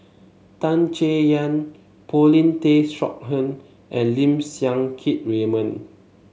Tan Chay Yan Paulin Tay Straughan and Lim Siang Keat Raymond